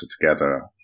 together